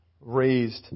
raised